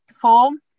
form